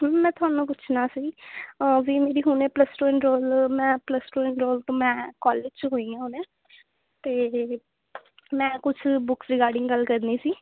ma'am ਮੈਂ ਤੁਹਾਨੂੰ ਪੁੱਛਣਾ ਸੀ ਵੀ ਮੇਰੀ ਹੁਣੇ ਪਲੱਸ ਟੂ ਇੰਨਰੋਲ ਮੈਂ ਪਲੱਸ ਟੂ ਇੰਨਰੋਲ ਮੈਂ ਕੋਲੇਜ 'ਚ ਹੋਈ ਹਾਂ ਹੁਣੇ ਅਤੇ ਮੈਂ ਕੁਝ ਬੁੱਕਸ ਰਿਗਾਰਡਿੰਗ ਗੱਲ ਕਰਨੀ ਸੀ